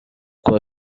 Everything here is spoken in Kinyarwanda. kuba